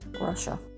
Russia